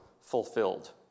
fulfilled